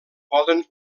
poden